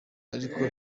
ariko